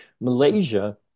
Malaysia